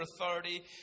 authority